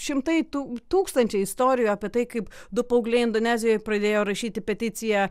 šimtai tų tūkstančiai istorijų apie tai kaip du paaugliai indonezijoj pradėjo rašyti peticiją